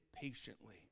patiently